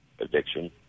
addiction